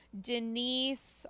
Denise